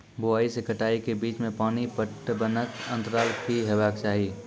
बुआई से कटाई के बीच मे पानि पटबनक अन्तराल की हेबाक चाही?